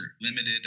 limited